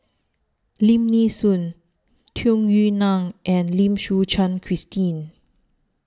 Lim Nee Soon Tung Yue Nang and Lim Suchen Christine